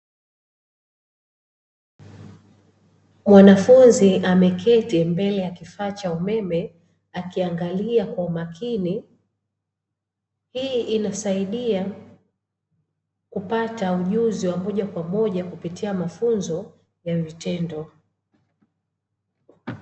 Mwanafunzi ameketi mbele ya kifaa cha umeme akiangalia kwa umakini, hii inasaidia kupata ujuzi wa moja kwa moja kupitia mafunzo ya vitendo.